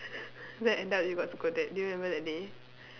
then end up you got scolded do you remember that day